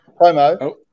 Promo